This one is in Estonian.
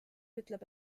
ütleb